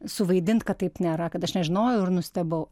suvaidint kad taip nėra kad aš nežinojau ir nustebau